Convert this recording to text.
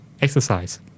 exercise